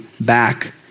back